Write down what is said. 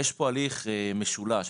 יש פה הליך משולש.